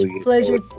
Pleasure